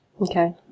Okay